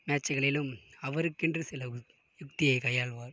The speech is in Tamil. மேட்ச்களிலும் அவருக்கென்று சில யுக்தியை கையாளுவார்